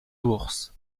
bourse